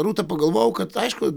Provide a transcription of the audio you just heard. rūta pagalvojau kad aišku